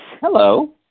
Hello